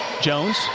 Jones